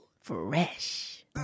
Fresh